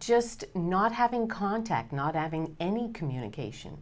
just not having contact not having any communication